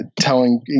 telling